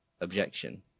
objection